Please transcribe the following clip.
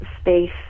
space